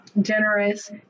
generous